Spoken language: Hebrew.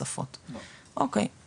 קשות,